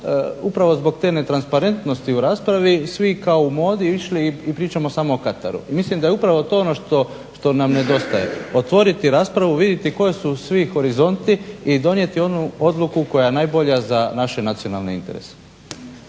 upravo zbog te netransparentnosti u raspravi svi kao u modi išli i pričamo samo o Kataru. I mislim da je upravo to ono što nam nedostaje otvoriti raspravu, vidjeti koji su svi horizonti i donijeti onu odluku koja je najbolja za naše nacionalne interese.